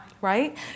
right